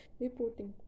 reporting